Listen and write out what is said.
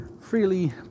freely